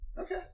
okay